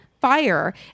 fire